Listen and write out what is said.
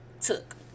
took